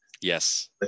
yes